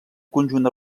conjunt